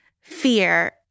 fear